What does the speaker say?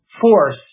force